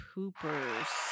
Poopers